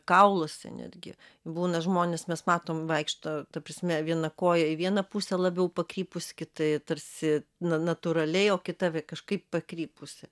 kauluose netgi būna žmonės mes matome vaikšto ta prasme vieną koją į vieną pusę labiau pakrypus kita tarsi na natūraliai o kita kažkaip pakrypusi